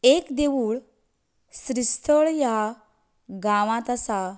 एक देवूळ श्रीस्थळ ह्या गांवांत आसा